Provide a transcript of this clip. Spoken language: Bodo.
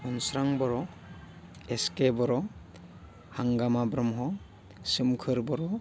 अनस्रां बर' एसके बर' हांगामा ब्रह्म सोमखोर बर'